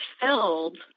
filled